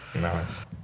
Nice